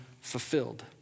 fulfilled